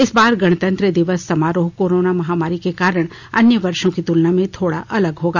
इस बार गणतंत्र दिवस समारोह कोरोना महामारी के कारण अन्य वर्षों की तुलना में थोड़ा अलग होगा